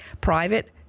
Private